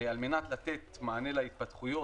ועל מנת לתת מענה להתפתחויות,